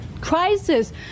crisis